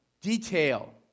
detail